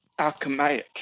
alchemaic